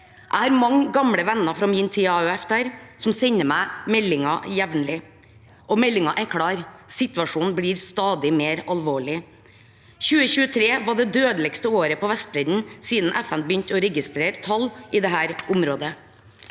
Jeg har mange gamle venner fra min tid i AUF der, som sender meg meldinger jevnlig. Meldingen er klar: Situasjonen blir stadig mer alvorlig. 2023 var det dødeligste året på Vestbredden siden FN begynte å registrere tall i dette området.